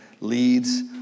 leads